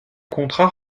contrat